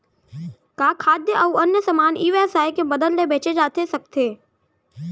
का खाद्य अऊ अन्य समान ई व्यवसाय के मदद ले बेचे जाथे सकथे?